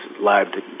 live